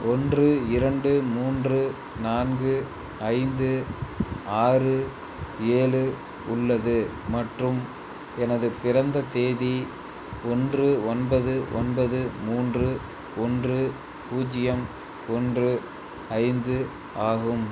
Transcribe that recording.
ஒன்று இரண்டு மூன்று நான்கு ஐந்து ஆறு ஏழு உள்ளது மற்றும் எனது பிறந்த தேதி ஒன்று ஒன்பது ஒன்பது மூன்று ஒன்று பூஜ்ஜியம் ஒன்று ஐந்து ஆகும்